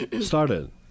started